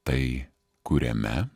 tai kuriame